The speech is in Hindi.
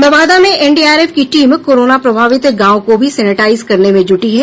नवादा में एनडीआरएफ की टीम कोरोना प्रभावित गांव को भी सेनेटाइज करने में जूटी है